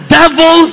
devil